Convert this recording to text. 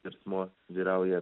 skersmuo vyrauja